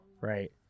right